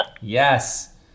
Yes